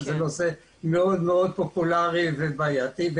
זה נושא פופולרי מאוד ובעייתי,